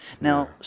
Now